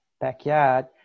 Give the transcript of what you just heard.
backyard